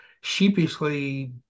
sheepishly